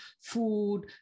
food